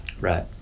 Right